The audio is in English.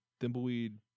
Thimbleweed